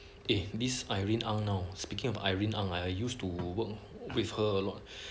eh this irene ang now speaking of irene ang I used to work with her a lot